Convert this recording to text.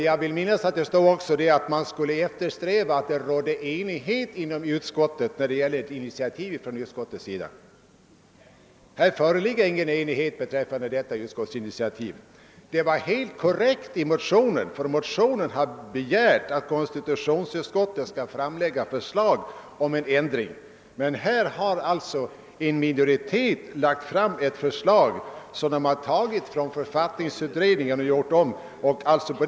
Jag vill minnas att det stod i utlåtandet att man skulle eftersträva att det rådde enighet inom ett utskott när det var fråga om initiativ från utskottets sida. Här föreligger ingen enighet beträffande utskottsinitiativet. I motionen hade man helt korrekt begärt att konstitutionsutskottet skulle framlägga förslag om en ändring. Men här har en minoritet inom utskottet framlagt ett förslag som tagits från författningsutredningen och formulerats om.